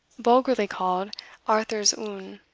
vulgarly called arthur's oon